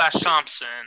Thompson